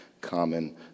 common